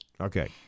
Okay